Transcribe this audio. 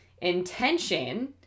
Intention